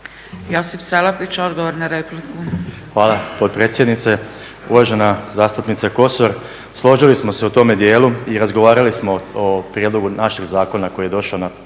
**Salapić, Josip (HDSSB)** Hvala potpredsjednice. Uvažena zastupnice Kosor, složili smo se u tome dijelu i razgovarali smo o prijedlogu našeg zakona koji je došao na prijedlog